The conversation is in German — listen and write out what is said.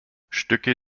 stücke